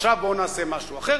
עכשיו בואו נעשה משהו אחר,